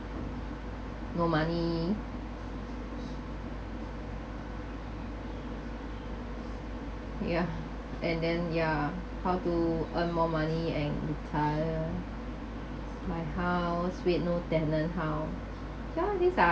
no money yeah and then yeah how to earn more money and retire buy house with no tenant house ya this are